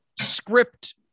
script